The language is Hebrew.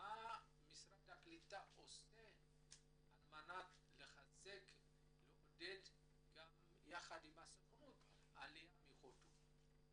מה משרד הקליטה עושה על מנת לעודד גם יחד עם הסוכנות עלייה מהודו?